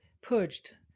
purged